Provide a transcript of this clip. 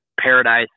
paradise